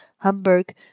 Hamburg